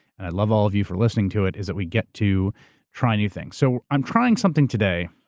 and i love all of you for listening to it, is that we get to try new things. so i'm trying something today,